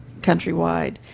countrywide